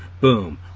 boom